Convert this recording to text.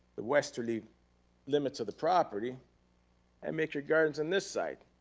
the westerly limits of the property and make your gardens on this side.